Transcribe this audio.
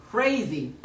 Crazy